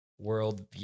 world